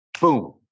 boom